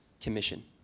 Commission